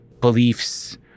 beliefs